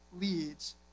leads